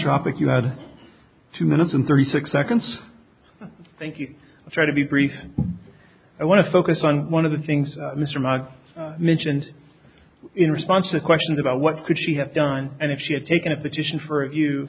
tropic you had two minutes and thirty six seconds thank you try to be brief i want to focus on one of the things mr moggs mentioned in response to questions about what could she have done and if she had taken a petition for